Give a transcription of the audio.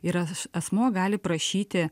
yra asmuo gali prašyti